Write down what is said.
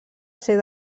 ser